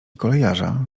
kolejarza